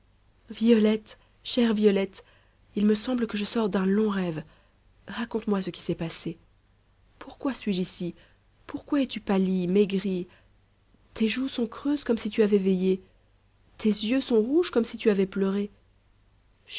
violette chère violette il me semble que je sors d'un long rêve raconte-moi ce qui s'est passé pourquoi suis-je ici pourquoi es-tu pâlie maigrie tes joues sont creuses comme si tu avais veillé tes yeux sont rouges comme si tu avais pleuré